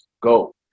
go